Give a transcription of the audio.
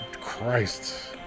Christ